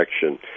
action